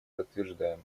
подтверждаем